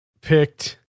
picked